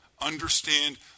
understand